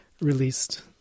released